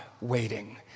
waiting